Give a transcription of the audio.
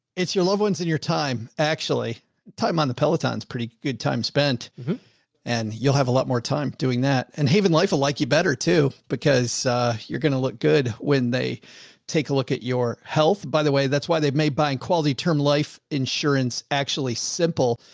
it's your loved ones in your title? actually time on the peloton is pretty good time spent and you'll have a lot more time doing that. and haven life will like you better too, because you're going to look good when they take a look at your health, by the way, that's why they've made buying quality term life insurance, actually simple.